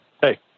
Hey